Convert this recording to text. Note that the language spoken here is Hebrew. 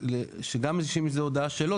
שגם אם זה הודעה שלו,